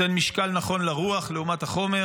נותן משקל נכון לרוח לעומת החומר,